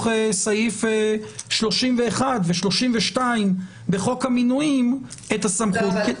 סעיף 31 ו-32 בחוק המינויים את הסמכות.